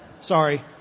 Sorry